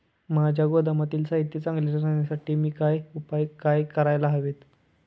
माझ्या गोदामातील साहित्य चांगले राहण्यासाठी मी काय उपाय काय करायला हवेत?